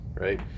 right